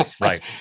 Right